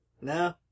No